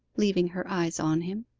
leaving her eyes on him.